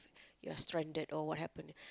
you at stranded or what happen if